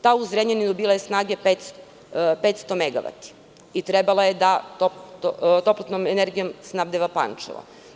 Ta u Zrenjaninu je bila snage od 500 megavata i trebala je toplotnom energijom da snabdeva Pančevo.